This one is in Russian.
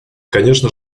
конечно